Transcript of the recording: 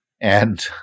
and-